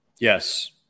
yes